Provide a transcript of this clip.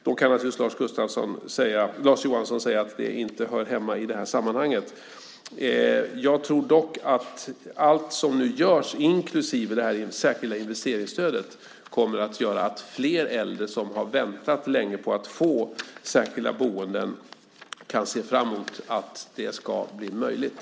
Då kan naturligtvis Lars Johansson säga att det inte hör hemma i det här sammanhanget. Jag tror dock att allt som nu görs, inklusive det särskilda investeringsstödet, kommer att göra att flera äldre som har väntat länge på ett särskilt boende kan se fram emot att det ska bli möjligt.